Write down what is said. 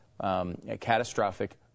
catastrophic